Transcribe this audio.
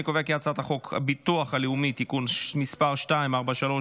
אני קובע כי הצעת החוק הביטוח הלאומי (תיקון מס' 243),